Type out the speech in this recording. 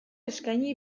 eskaini